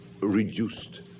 reduced